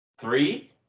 Three